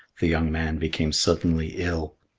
the young man became suddenly ill.